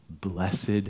Blessed